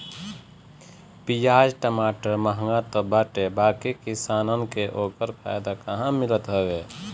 पियाज टमाटर महंग तअ बाटे बाकी किसानन के ओकर फायदा कहां मिलत हवे